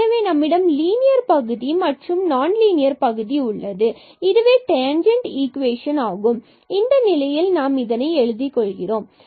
எனவே நம்மிடம் இந்த லீனியர் பகுதி மற்றும் நான் லீனியர் பகுதி உள்ளது இதுவே டேன்ஜன்ட் ஈக்வேஷன் ஆகும் இந்த நிலையில் இதனை நாம் எழுதி கொள்கிறோம்